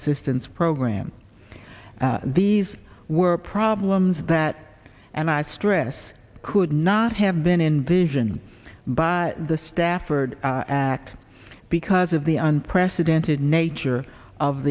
assistance program these were problems that and i stress could not have been invasion by the stafford act because of the unprecedented nature of